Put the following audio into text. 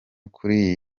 kuri